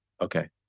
Okay